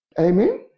Amen